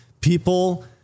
people